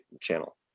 channel